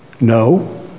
No